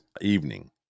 evening